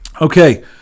Okay